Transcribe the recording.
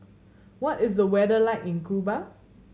what is the weather like in Cuba